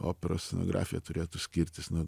operos scenografija turėtų skirtis nuo